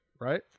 right